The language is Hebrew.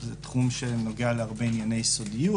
זה תחום שנוגע להרבה ענייני סודיות.